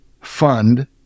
fund